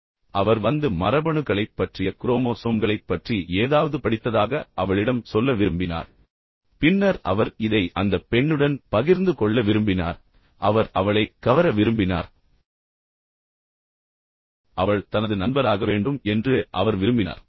பின்னர் அவர் வந்து மரபணுக்களைப் பற்றிய குரோமோசோம்களைப் பற்றி ஏதாவது படித்ததாக அவளிடம் சொல்ல விரும்பினார் பின்னர் அவர் இதை அந்தப் பெண்ணுடன் பகிர்ந்து கொள்ள விரும்பினார் அவர் அவளைக் கவர விரும்பினார் அவள் தனது நண்பராக வேண்டும் என்று அவர் விரும்பினார்